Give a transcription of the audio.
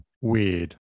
Weird